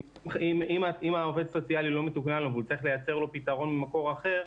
אם העובד הסוציאלי לא מתוקנן לו והוא צריך לייצר לו פתרון ממקור אחר,